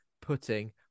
putting